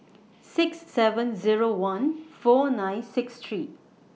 six seven Zero one four nine six three